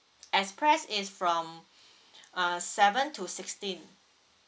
express is from uh seven to sixteen